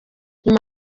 nyuma